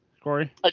Corey